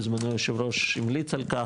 בזמנו היו"ר המליץ על כך,